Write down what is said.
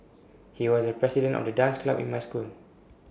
he was the president of the dance club in my school